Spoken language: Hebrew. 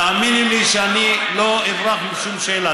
תאמיני לי שאני לא אברח משום שאלה.